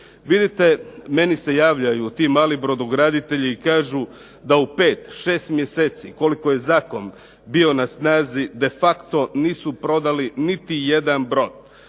Vidite meni se javljaju ti mali brodograditelji i kažu da u 5, 6 mjeseci koliko je zakon bio na snazi de facto nisu prodali niti jedan brod.